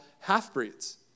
half-breeds